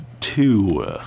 two